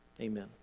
amen